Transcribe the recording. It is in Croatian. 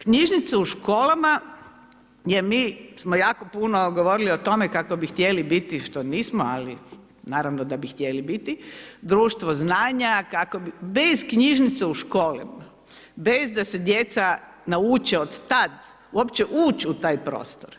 Knjižnice u školama, jer mi smo jako puno govorili o tome, kako bi htjeli biti, što nismo, ali naravno da bi htjeli biti društvo znanja, bez knjižnica u školi, bez da se djeca nauče od tada, uopće ući u taj prostor,